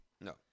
No